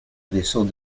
vaisseau